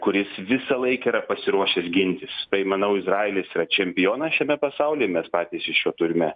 kuris visąlaik yra pasiruošęs gintis tai manau izraelis yra čempionas šiame pasaulyje mes patys iš jo turime